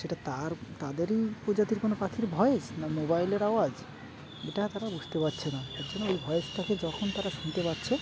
সেটা তার তাদেরই প্রজাতির কোনো পাখির ভয়েস না মোবাইলের আওয়াজ এটা তারা বুঝতে পারছে না এ জন্য ওই ভয়েসটাকে যখন তারা শুনতে পাচ্ছে